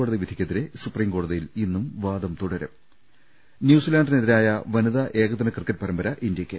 ടതി വിധിക്കെതിരെ സുപ്രീം കോടതിയിൽ ഇന്നും വാദം തുടരും ന്യൂസിലാന്റിനെതിരായ പ്രനിതാ ഏകദിന ക്രിക്കറ്റ് പരമ്പര ഇന്ത്യക്ക്